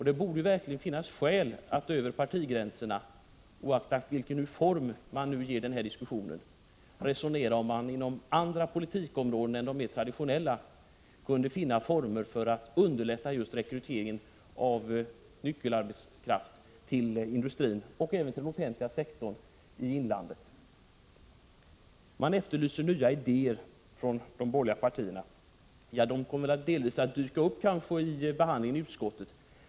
Det borde verkligen finnas skäl att över partigränserna — och oavsett vilken form man ger diskussionen — resonera om man inom andra politikområden än de mer traditionella kunde finna former för att underlätta rekryteringen av nyckelarbetskraft till industrin och även till den offentliga sektorn i inlandet. Man efterlyser nya idéer från de borgerliga partierna. De kommer väl delvis att dyka upp under behandlingen i utskottet.